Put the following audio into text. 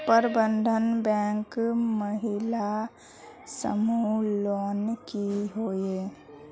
प्रबंधन बैंक महिला समूह लोन की होय?